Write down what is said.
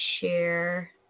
share